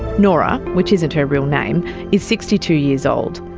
nora, which isn't her real name, is sixty two years old.